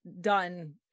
done